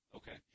okay